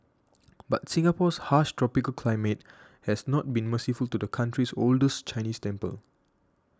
but Singapore's harsh tropical climate has not been merciful to the country's oldest Chinese temple